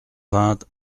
vingt